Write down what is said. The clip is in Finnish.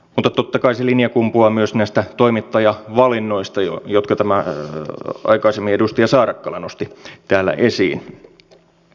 mutta totta kai se linja kumpuaa myös näistä toimittajavalinnoista jotka aikaisemmin edustaja saarakkala nosti täällä esiin